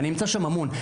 אני נמצא שם המון.